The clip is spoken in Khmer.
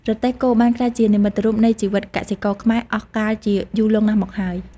រទេះគោ បានក្លាយជានិមិត្តរូបនៃជីវិតកសិករខ្មែរអស់កាលជាយូរលង់ណាស់មកហើយ។